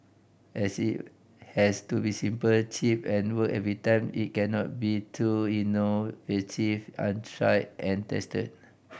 as it has to be simple cheap and work every time it cannot be too innovative on try and tested